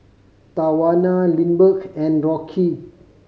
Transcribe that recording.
Tawana Lindbergh and Rocky